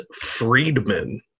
Friedman